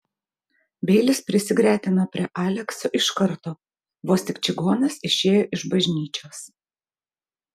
beilis prisigretino prie aleksio iš karto vos tik čigonas išėjo iš bažnyčios